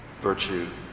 Virtue